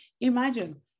imagine